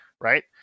right